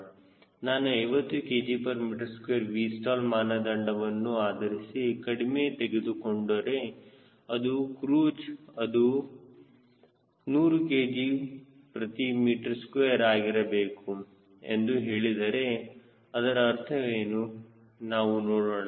ನಾನು 50 kgm2 Vstall ಮಾನದಂಡವನ್ನು ಆಧರಿಸಿ ಕಡಿಮೆ ತೆಗೆದುಕೊಂಡರೆ ಮತ್ತು ಕ್ರೂಜ್ ಅದು 100 kgm2 ಆಗಿರಬೇಕು ಎಂದು ಹೇಳಿದರೆ ಅದರ ಅರ್ಥವೇನು ನಾವು ನೋಡೋಣ